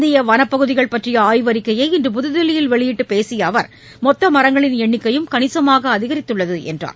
இந்தியவனப்பகுதிகள் பற்றியஆய்வறிக்கையை இன்று புதுதில்லியில் வெளியிட்டுபேசியஅவர் மொத்தமரங்களின் எண்ணிக்கையும் கணிசமாகஅதிகரித்துள்ளதுஎன்றார்